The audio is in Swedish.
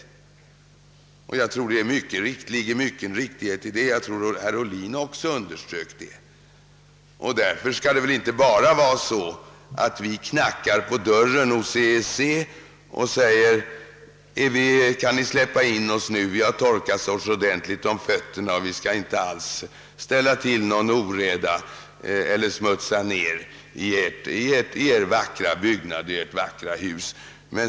Jag tror det ligger mycken riktighet i det, så som herr Ohlin också underströk. Därför skall det väl inte bara vara så, att vi knackar på dörren hos EEC och säger: »Kan ni släppa in oss nu? Vi har torkat oss ordentligt om fötterna och vi skall inte alls ställa till någon oreda eller smutsa ned i ert vackra hus.